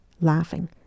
laughing